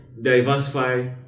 diversify